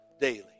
daily